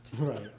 Right